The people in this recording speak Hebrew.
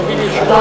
שנוגעים ישירות,